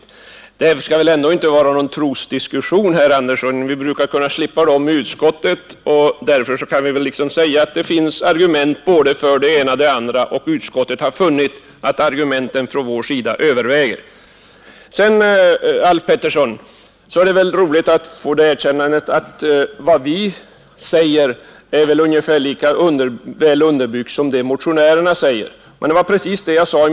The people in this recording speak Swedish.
Detta skall väl ändå inte vara någon trosdiskussion, herr Andersson! Vi brukar slippa sådana i utskottet. Vi kan väl säga att det finns argument för både den ena och den andra ståndpunkten. Utskottet har funnit att argumenten för dess ståndpunkt överväger. Det var roligt att av herr Alf Pettersson i Malmö få erkännandet att vår ståndpunkt är ungefär lika väl underbyggd som motionärernas. Det var precis vad jag sade.